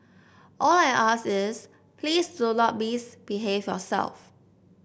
all I ask is please do not misbehave yourself